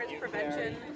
prevention